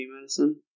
medicine